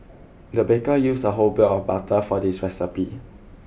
the baker used a whole block of butter for this recipe